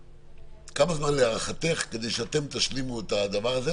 כמה זמן להערכתך כדי שאתם תשלימו את הדבר הזה,